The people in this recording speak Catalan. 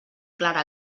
clara